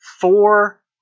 Four